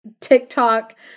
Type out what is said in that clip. TikTok